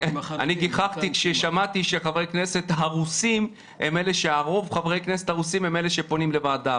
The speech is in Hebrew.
אני גיחכתי כששמעתי שרוב חברי הכנסת הרוסים הם אלה שפונים לוועדה.